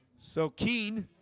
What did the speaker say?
so keen